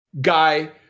guy